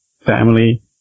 family